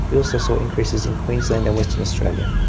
we also saw increases in queensland and western australia.